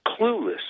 clueless